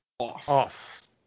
Off